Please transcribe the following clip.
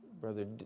Brother